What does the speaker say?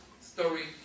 story